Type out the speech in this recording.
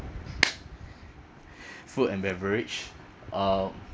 food and beverage uh